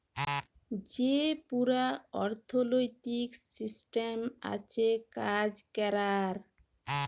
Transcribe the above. যে পুরা অথ্থলৈতিক সিসট্যাম আছে কাজ ক্যরার